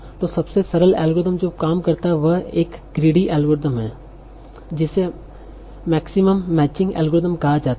तो सबसे सरल एल्गोरिथ्म जो काम करता है वह एक ग्रीडी एल्गोरिथ्म है जिसे मैक्सिमम मैचिंग एल्गोरिथ्म कहा जाता है